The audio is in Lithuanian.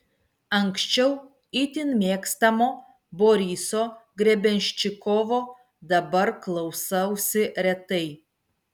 anksčiau itin mėgstamo boriso grebenščikovo dabar klausausi retai